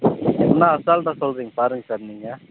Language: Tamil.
என்ன அசால்ட்டாக சொல்லுறிங்க பாருங்கள் சார் நீங்கள்